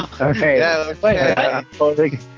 Okay